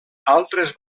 altres